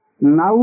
Now